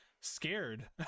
scared